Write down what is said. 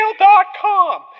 gmail.com